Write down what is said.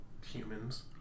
humans